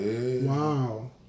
Wow